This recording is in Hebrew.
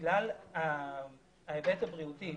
בגלל ההיבט בריאותי,